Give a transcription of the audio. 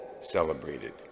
celebrated